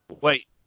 Wait